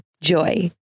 JOY